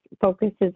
focuses